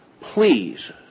please